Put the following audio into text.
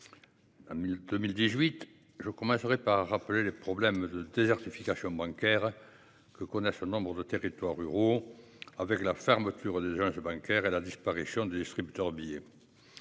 1018. Je commencerai par rappeler les problèmes de désertification bancaire. Que qu'on a seulement pour nos territoires ruraux. Avec la fermeture des gens je bancaire et la disparition du distributeur billets.